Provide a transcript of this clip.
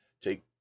take